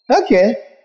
okay